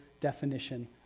definition